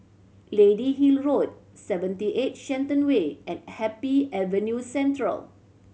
Lady Hill Road Seventy Eight Shenton Way and Happy Avenue Central